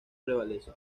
prevalece